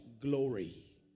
glory